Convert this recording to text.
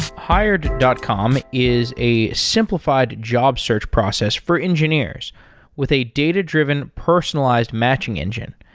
hired dot com is a simplified job search process for engineers with a data-driven personalized matching engine.